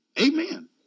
Amen